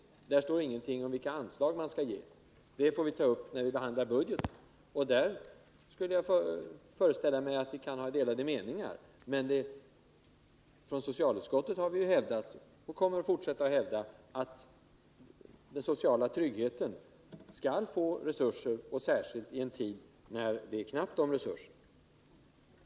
I den står det ingenting om vilka anslag man skall ge, utan det får vi ta upp när vi behandlar budgeten, och då skulle jag föreställa mig att vi kan ha delade meningar. Från socialutskottet har vi hävdat och kommer att fortsätta att hävda, att den sociala tryggheten skall få sina resurser, särskilt i en tid när det är knappt om resurser.